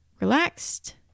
relaxed